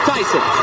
Tyson